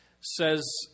says